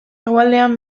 hegoaldean